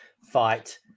fight